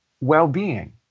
well-being